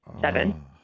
Seven